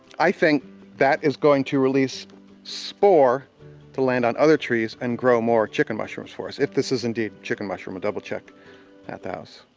i think that is going to release spore to land on other trees, and grow more chicken mushrooms for us, if this is indeed chicken mushroom. we'll double-check at the house.